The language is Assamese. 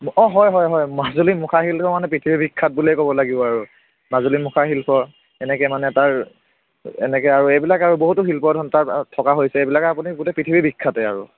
অঁ হয় হয় হয় মাজুলী মুখা শিল্পৰ কাৰণে পৃথিৱী বিখ্যাত বুলিয়ে ক'ব লাগিব আৰু মাজুলী মুখা শিল্প এনেকৈ মানে তাৰ এনেকৈ আৰু এইবিলাক আৰু বহুতো শিল্প আৰু তাত থকা হৈছে এইবিলাক আপুনি গোটেই পৃথিৱী বিখ্যাতেই আৰু